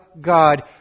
God